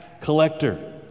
collector